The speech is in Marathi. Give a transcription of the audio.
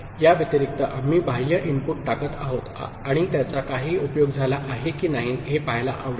याव्यतिरिक्त आम्ही बाह्य इनपुट टाकत आहोत आणि त्याचा काही उपयोग झाला आहे की नाही हे पहायला आवडेल